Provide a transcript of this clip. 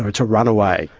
to run away.